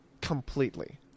completely